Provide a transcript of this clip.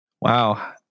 Wow